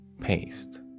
paste